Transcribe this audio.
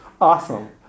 Awesome